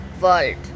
world